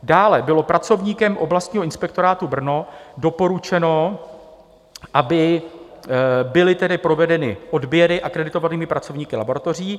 Dále bylo pracovníkem oblastního inspektorátu Brno doporučeno, aby byly provedeny odběry akreditovanými pracovníky laboratoří.